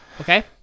Okay